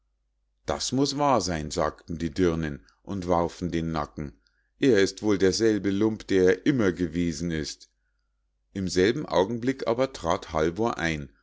das muß wahr sein sagten die dirnen und warfen den nacken er ist wohl derselbe lump der er immer gewesen ist im selben augenblick aber trat halvor ein